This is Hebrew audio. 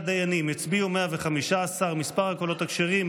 דיינים הצביעו 115: מספר הקולות הכשרים,